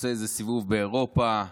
עושה איזה סיבוב באירופה,